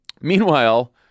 Meanwhile